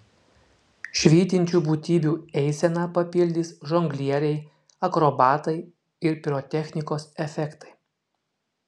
švytinčių būtybių eiseną papildys žonglieriai akrobatai ir pirotechnikos efektai